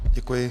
Děkuji.